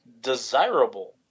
desirable